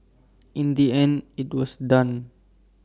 in the end IT was done